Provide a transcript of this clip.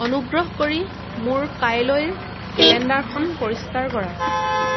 অনুগ্ৰহ কৰি মোৰ কাইলৈৰ কেলেণ্ডাৰখন পৰিষ্কাৰ কৰা